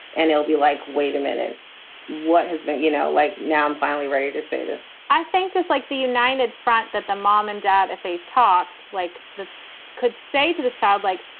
and it'll be like, wait a minute what has been, you know, like now i'm finally ready to say this i think just like the united front, that the mom and dad, if they talked like they could say to this child, like,